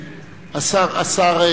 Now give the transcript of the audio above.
השר,